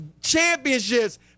championships